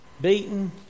beaten